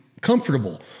comfortable